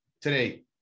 Today